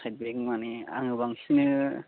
side back मानि आङो बांसिनो